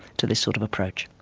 to this sort of approach.